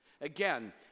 Again